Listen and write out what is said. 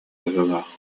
быһыылаах